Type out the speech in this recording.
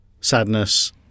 sadness